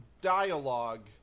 dialogue